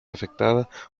afectada